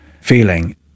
feeling